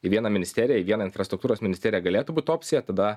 į vieną ministeriją į vieną infrastruktūros ministerija galėtų būti opcija tada